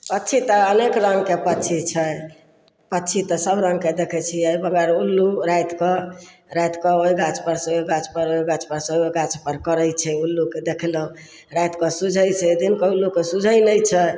पक्षी तऽ अनेक रङ्गके पक्षी छै पक्षी तऽ सब रङ्गके देखय छियै मगर उल्लू रातिकऽ रातिकऽ ओइ गाछपरसँ ओइ गाछपर ओइ गाछपर से ओइ गाछपर करय छै उल्लूके देखलहुँ राति कऽ सूझय छै दिन कऽ उल्लूके सूझय नहि छै